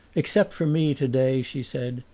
except for me, today, she said,